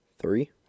three